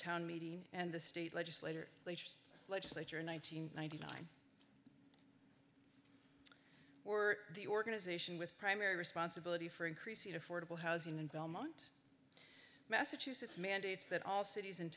town meeting and the state legislator legislature in one nine hundred ninety nine or the organization with primary responsibility for increasing affordable housing in belmont massachusetts mandates that all cities and